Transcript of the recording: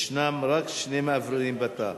יש רק שני מאווררים בתא,